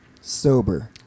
sober